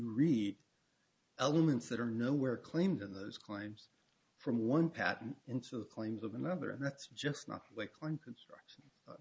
read elements that are nowhere claimed in those claims from one patent into claims of another and that's just not like